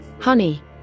Honey